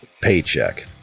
paycheck